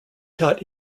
taught